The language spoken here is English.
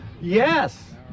Yes